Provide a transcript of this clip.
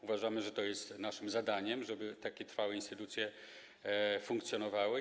Uważamy, że jest naszym zadaniem, żeby takie trwałe instytucje funkcjonowały.